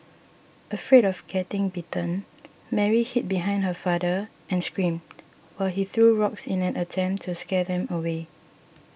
afraid of getting bitten Mary hid behind her father and screamed while he threw rocks in an attempt to scare them away